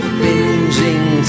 binging